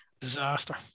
disaster